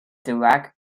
dirac